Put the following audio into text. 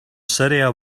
syria